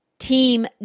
team